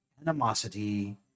animosity